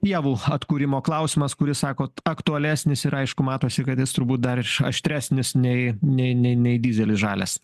pievų atkūrimo klausimas kuris sakot aktualesnis ir aišku matosi kad jis turbūt dar iš aštresnis nei nei nei nei dyzelis žalias